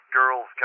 girls